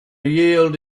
yield